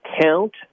count